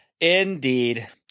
Indeed